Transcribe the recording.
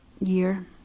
year